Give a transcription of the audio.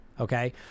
okay